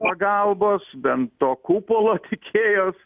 pagalbos bent to kupolo tikėjos